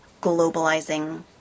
globalizing